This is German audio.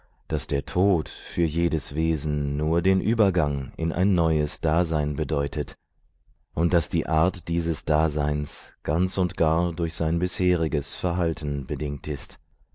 daß der tod für jedes wesen nur den übergang in ein neues dasein bedeutet und daß die art dieses daseins ganz und gar durch sein bisheriges verhalten bedingt ist